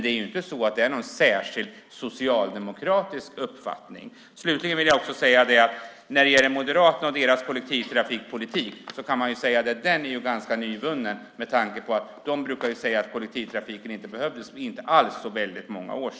Det är inte någon speciellt socialdemokratisk uppfattning. Slutligen vill jag också säga att Moderaternas kollektivtrafikpolitik är ganska nyvunnen. Det var inte alls så många år sedan de sade att kollektivtrafiken inte alls behövs.